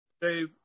Dave